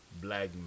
black